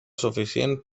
suficient